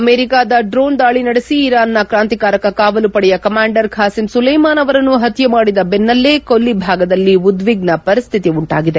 ಅಮೆರಿಕದ ಡ್ರೋನ್ ದಾಳಿ ನಡೆಸಿ ಇರಾನ್ನ ಕ್ರಾಂತಿಕಾರಕ ಕಾವಲು ಪಡೆಯ ಕಮಾಂಡರ್ ಬಾಸೀಂ ಸುಲೇಮಾನ್ ಅವರನ್ನು ಪತ್ತೆ ಮಾಡಿದ ಬೆನ್ನೆಲ್ಲೆ ಕೊಲ್ಲಿ ಭಾಗದಲ್ಲಿ ಉದ್ವಿಗ್ನ ಪರಿಸ್ಥಿತಿ ಉಂಟಾಗಿದೆ